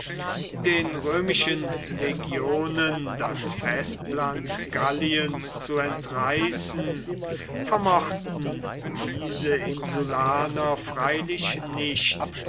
den römischen legionen das festland galliens zu entreißen vermochten diese insulaner freilich nicht